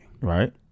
Right